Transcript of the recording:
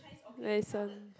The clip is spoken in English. medicine